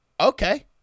Okay